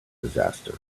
disaster